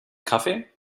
kaffee